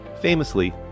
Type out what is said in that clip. Famously